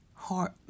heart